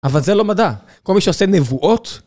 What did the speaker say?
אבל זה לא מדע, כל מי שעושה נבואות...